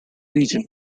region